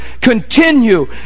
continue